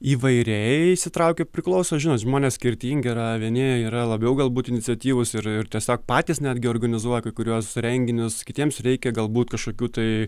įvairiai įsitraukia priklauso žinot žmonės skirtingi yra vieni yra labiau galbūt iniciatyvūs ir ir tiesiog patys netgi organizuoja kai kuriuos renginius kitiems reikia galbūt kažkokių tai